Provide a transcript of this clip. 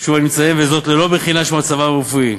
שוב אני מציין, ללא בחינה של מצבם הרפואי.